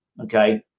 Okay